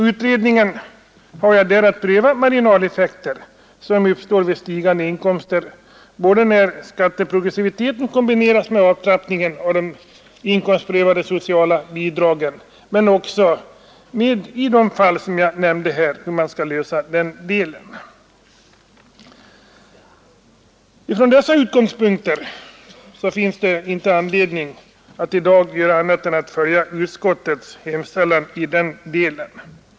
Utredningen har där att pröva marginaleffekter som uppstår vid stigande inkomster, både när skatteprogressiviteten kombineras med avtrappning av de inkomstprövade sociala bidragen och i de fall som jag nämnt här. Från dessa utgångspunkter finns det inte anledning att i dag göra annat än att följa utskottets hemställan i den delen.